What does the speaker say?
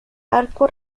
arco